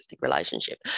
relationship